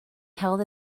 held